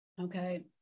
okay